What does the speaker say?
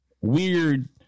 weird